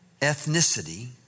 ethnicity